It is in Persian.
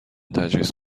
تجویز